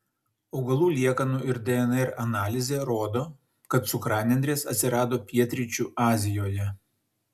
augalų liekanų ir dnr analizė rodo kad cukranendrės atsirado pietryčių azijoje